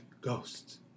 ghosts